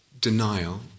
denial